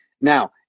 now